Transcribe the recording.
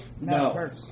No